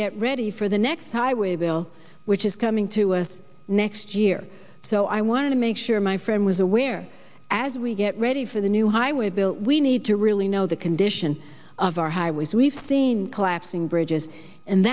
get ready for the next highway bill which is coming to us next year so i want to make sure my friend was aware as we get ready for the new highway bill we need to really know the condition of our highways we've seen collapsing bridges and